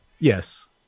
yes